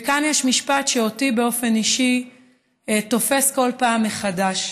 וכאן יש משפט שאותי באופן אישי תופס כל פעם מחדש.